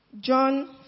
John